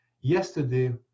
yesterday